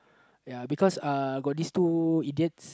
ya because uh got this two idiots